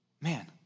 Man